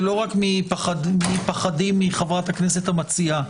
ולא רק מפחדי מחברת הכנסת המציעה